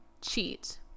Cheat